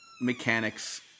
mechanics